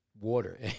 Water